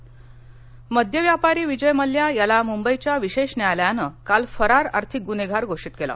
विजय मल्ल्या मद्य व्यापारी विजय मल्ल्या याला मुंबईच्या विशेष न्यायालयानं काल फरार आर्थिक गुन्हेगार घोषित केलं